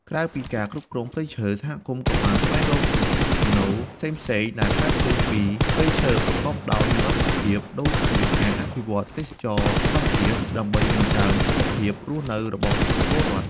ក្រៅពីការគ្រប់គ្រងព្រៃឈើ សហគមន៍ក៏បានស្វែងរកប្រភពចំណូលផ្សេងៗដែលកើតចេញពីព្រៃឈើប្រកបដោយនិរន្តរភាពដូចជាការអភិវឌ្ឍទេសចរណ៍ធម្មជាតិ ដើម្បីបង្កើនជីវភាពរស់នៅរបស់ប្រជាពលរដ្ឋ។